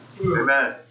Amen